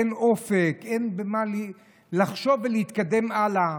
אין אופק, אין במה לחשוב ולהתקדם הלאה.